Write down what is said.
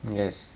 yes